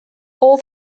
all